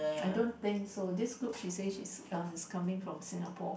I don't think so this group she say she's uh is coming from Singapore